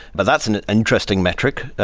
but that's an interesting metric.